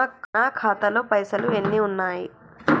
నా ఖాతాలో పైసలు ఎన్ని ఉన్నాయి?